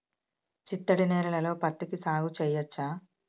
చిత్తడి నేలలో పత్తిని సాగు చేయచ్చా?